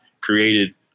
created